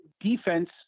defense